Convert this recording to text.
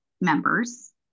members